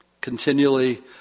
continually